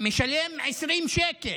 משלם 20 שקל.